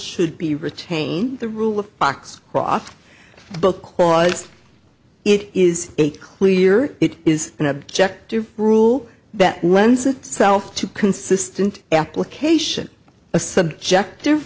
should be retain the rule of box office both clause it is a clear it is an objective rule that lends itself to consistent application a subjective